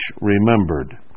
remembered